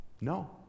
no